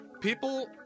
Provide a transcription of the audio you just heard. People